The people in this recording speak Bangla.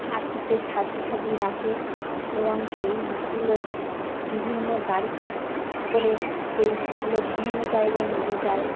আটটিতে সাজিয়ে সাজিয়ে রাখে এবং সেই ইটগুলো বিভিন্ন গাড়িতে করে সেই ইটগুলো বিভিন্ন জায়গায় নিয়ে যায়